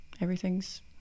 everything's